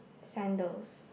sandals